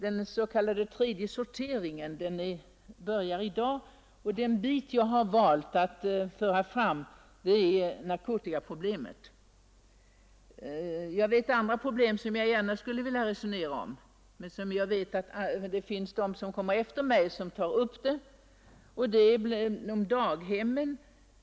Den s.k. tredje sorteringen börjar i dag, och den fråga jag har valt att föra fram är narkotikaproblemet. Det finns andra problem som jag gärna skulle vilja resonera om, men jag vet att talare efter mig kommer att ta upp dem. Det gäller t.ex. daghemmen.